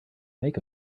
make